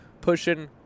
pushing